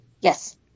Yes